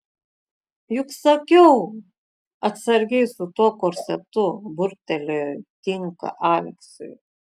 juk sakiau atsargiai su tuo korsetu burbtelėjo tinka aleksiui